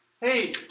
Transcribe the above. Hey